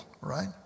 right